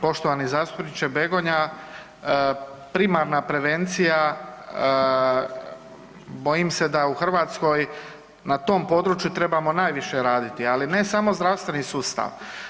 Poštovani zastupniče Begonja, primarna prevencija bojim se da u Hrvatskoj na tom području trebamo najviše raditi, ali ne samo zdravstveni sustav.